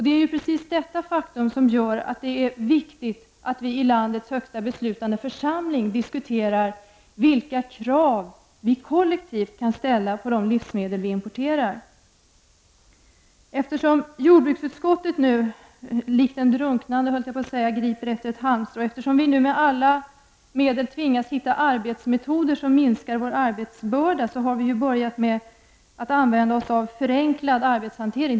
Det är precis detta faktum som gör att det är viktigt att vi i landets högsta beslutande församling diskuterar vilka krav vi kollektivt skall ställa på de livsmedel vi importerar. Jordbruksutskottet griper nu -- likt en drunknande, höll jag på att säga -- efter ett halmstrå. Eftersom vi nu med alla medel tvingas hitta arbetsmetoder som minskar vår arbetsbörda, har vi börjat använda en förenklad arbetshantering.